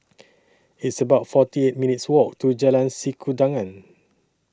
It's about forty minutes' Walk to Jalan Sikudangan